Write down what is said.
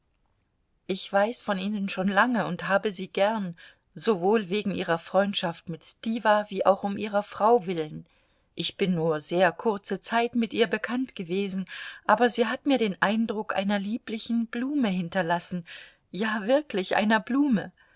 ich weiß von ihnen schon lange und habe sie gern sowohl wegen ihrer freundschaft mit stiwa wie auch um ihrer frau willen ich bin nur sehr kurze zeit mit ihr bekannt gewesen aber sie hat mir den eindruck einer lieblichen blume hinterlassen ja wirklich einer blume